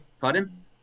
Pardon